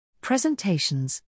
Presentations